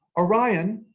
orion,